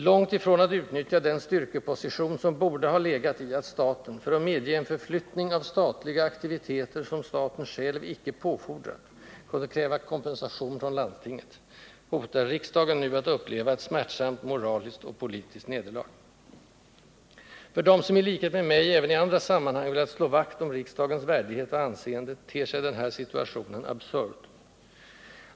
Långt ifrån att utnyttja den styrkeposition som borde ha legat i att staten, för att medge en förflyttning av statliga aktiviteter som staten själv icke påfordrat, kunde kräva kompensation från landstinget, hotar riksdagen nu att uppleva ett smärtsamt moraliskt och politiskt nederlag. För dem som, i likhet med mig, även i andra sammanhang velat slå vakt om riksdagens värdighet och anseende, ter sig den här situationen absurd.